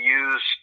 use